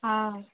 ହଁ